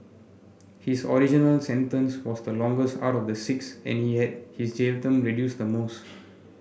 his original sentence was the longest out of the six and he had his jail term reduced the most